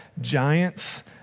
Giants